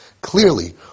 clearly